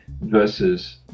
versus